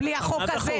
בלי החוק הזה?